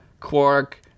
Quark